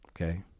Okay